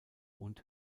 und